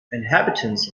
inhabitants